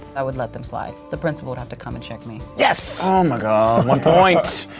i would let them slide. the principal would have to come and check me. yes. oh my god, one point.